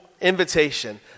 invitation